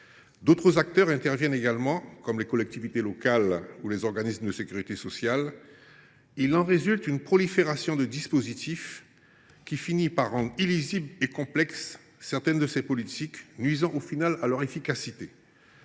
D’autres acteurs interviennent également, comme les collectivités locales ou les organismes de sécurité sociale. Il en résulte une prolifération de dispositifs qui finit par rendre illisibles et complexes certaines de ces politiques, ce qui nuit à leur efficacité.